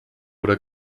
oder